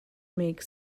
make